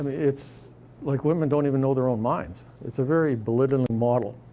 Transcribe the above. it's like women don't even know their own minds. it's a very belittling model.